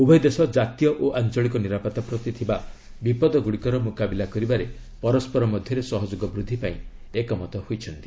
ଉଭୟଦେଶ ଜାତୀୟ ଓ ଆଞ୍ଚଳିକ ନିରାପତ୍ତା ପ୍ରତି ଥିବା ବିପଦ ଗୁଡ଼ିକର ମୁକାବିଲା କରିବାରେ ପରସ୍କର ମଧ୍ୟରେ ସହଯୋଗ ବୃଦ୍ଧି ପାଇଁ ଏକମତ ହୋଇଛନ୍ତି